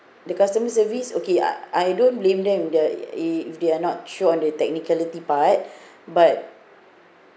the customer service okay I don't blame them the if they are not sure on the technicality part but